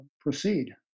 proceed